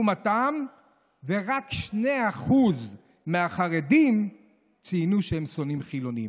ולעומתם רק 2% מהחרדים ציינו שהם שונאים חילונים.